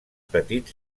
petit